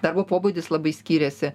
darbo pobūdis labai skiriasi